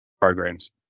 programs